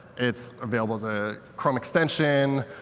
it's available as a chrome extension,